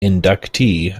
inductee